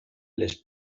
les